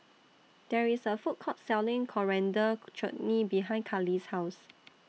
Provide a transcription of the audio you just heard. There IS A Food Court Selling Coriander Chutney behind Kali's House